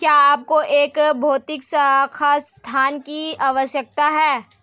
क्या आपको एक भौतिक शाखा स्थान की आवश्यकता है?